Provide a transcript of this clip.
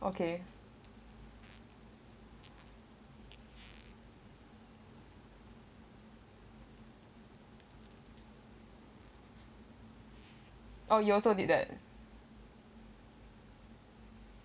okay oh you also did that